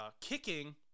kicking